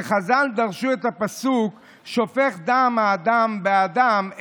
וחז"ל דרשו את הפסוק: שופך דם האדם באדם,